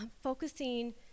focusing